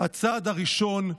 הצעד הראשון.